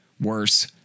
worse